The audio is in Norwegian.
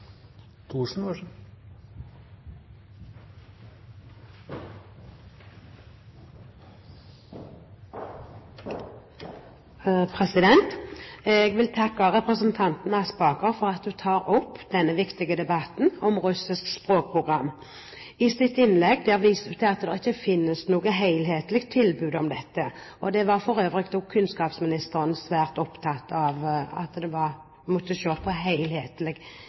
for at hun tar opp denne viktige debatten om russisk språkprogram. I sitt innlegg viste hun til at det ikke finnes noe helhetlig tilbud om dette, og for øvrig var også kunnskapsministeren svært opptatt av at vi må se på et helhetlig utdanningsløp når det